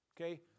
Okay